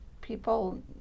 people